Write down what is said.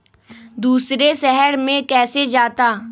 दूसरे शहर मे कैसे जाता?